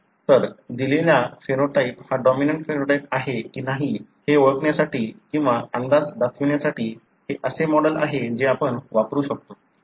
तर दिलेल्या फेनोटाइप हा डॉमिनंट फेनोटाइप आहे की नाही हे ओळखण्यासाठी किंवा अंदाज दाखवण्यासाठी हे असे मॉडेल आहे जे आपण वापरु शकतो